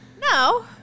no